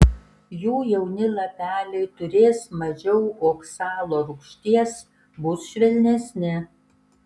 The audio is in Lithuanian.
jų jauni lapeliai turės mažiau oksalo rūgšties bus švelnesni